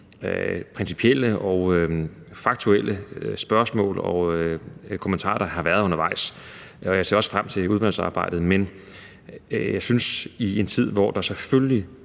principielle og faktuelle spørgsmål og kommentarer, der har været undervejs, og jeg ser også frem til udvalgsarbejdet. Men jeg synes, at i en tid, hvor der selvfølgelig